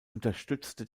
unterstützte